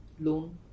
loan